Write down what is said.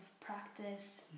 practice